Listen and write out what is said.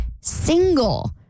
single